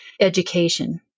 education